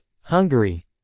hungary